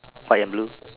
white and blue